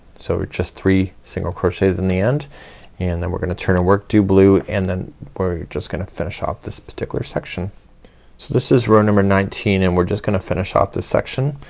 so we're just three single crochets in the end and then we're gonna turn a work, do blue and then we're just gonna finish off this particular section. so this is row number nineteen, and we're just gonna finish off this section.